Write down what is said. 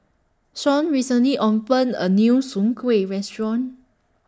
Shawn recently opened A New Soon Kuih Restaurant